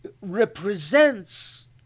represents